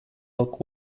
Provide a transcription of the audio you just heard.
elk